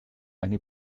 eine